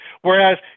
whereas